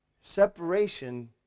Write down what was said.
Separation